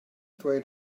dweud